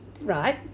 right